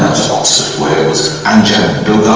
waves and jeff